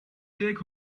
take